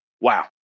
Wow